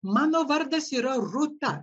mano vardas yra rūta